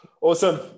awesome